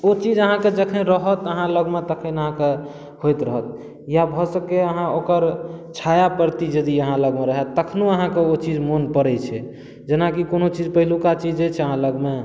ओ चीज अहाँके जखन रहत अहाँ लगमे तखन अहाँके होइत रहत या भऽ सकैए अहाँ ओकर छायाप्रति यदि अहाँ लगमे रहै तखनो अहाँके ओ चीज मोन पड़ै छै जेनाकि कोनो चीज पहिलुका चीज जे छै अहाँ लगमे